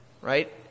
right